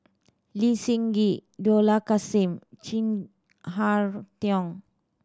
Lee Seng Gee Dollah Kassim Chin Harn Tong